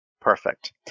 Perfect